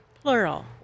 plural